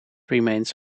remains